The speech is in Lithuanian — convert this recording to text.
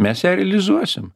mes ją realizuosim